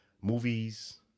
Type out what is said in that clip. movies